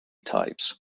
types